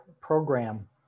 program